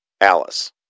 Alice